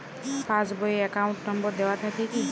Pass বই এ account number দেওয়া থাকে কি?